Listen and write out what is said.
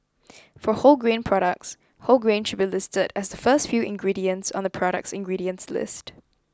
for wholegrain products whole grain should be listed as the first few ingredients on the product's ingredients list